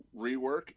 rework